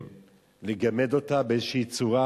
לגמד אותה באיזושהי צורה,